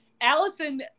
Allison